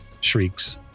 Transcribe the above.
shrieks